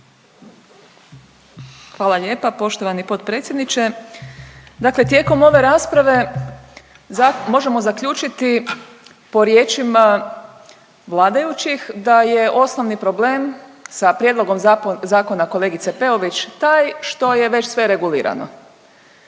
Hvala lijepa poštovani potpredsjedniče. Dakle, tijekom ove rasprave možemo zaključiti po riječima vladajućih da je osnovni problem sa prijedlogom zakona kolegice Peović taj što je već sve regulirano.